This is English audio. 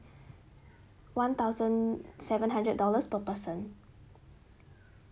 one thousand seven hundred dollars per person